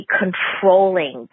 controlling